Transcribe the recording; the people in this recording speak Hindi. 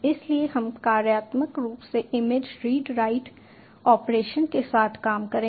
इसलिए हम कार्यात्मक रूप से इमेज रीड राइट ऑपरेशन के साथ काम करेंगे